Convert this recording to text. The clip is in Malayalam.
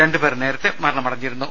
രണ്ടുപേർ നേരത്തെ മരണമടഞ്ഞിരുന്നു